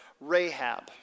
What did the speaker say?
Rahab